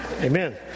amen